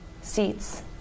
seats